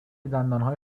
دندانهای